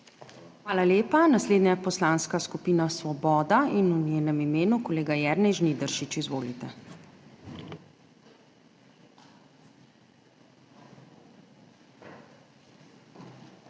Hvala lepa. Naslednja je Poslanska skupina Svoboda in v njenem imenu kolega Jernej Žnidaršič. Izvolite.